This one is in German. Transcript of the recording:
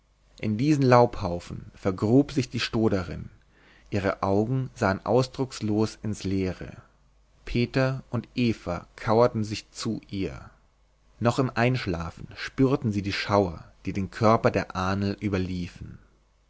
in diesen laubhaufen vergrub sich die stoderin ihre augen sahen ausdruckslos ins leere peter und eva kauerten sich zu ihr noch im einschlafen spürten sie die schauer die den körper der ahnl überliefen